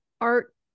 art